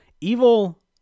evil